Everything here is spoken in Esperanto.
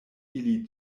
ili